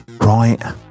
right